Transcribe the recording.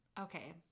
okay